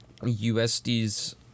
USD's